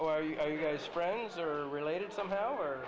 or are you guys friends are related somehow or